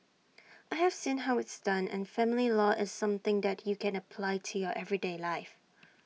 I have seen how it's done and family law is something that you can apply to your everyday life